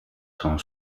son